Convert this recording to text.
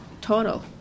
total